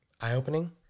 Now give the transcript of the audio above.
eye-opening